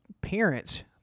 parents